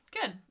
good